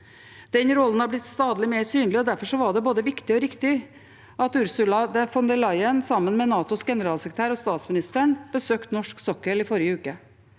Den rollen har blitt stadig mer synlig, og derfor var det både viktig og riktig at Ursula von der Leyen sammen med NATOs generalsekretær og statsministeren besøkte norsk sokkel i forrige uke.